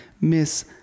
Miss